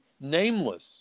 nameless